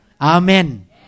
Amen